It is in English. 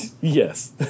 Yes